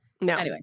No